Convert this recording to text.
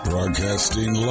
Broadcasting